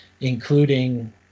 including